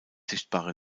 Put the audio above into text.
sichtbare